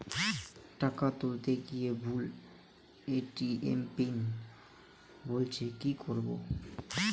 টাকা তুলতে গিয়ে ভুল এ.টি.এম পিন বলছে কি করবো?